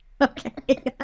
Okay